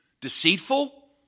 deceitful